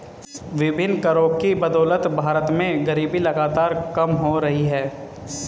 विभिन्न करों की बदौलत भारत में गरीबी लगातार कम हो रही है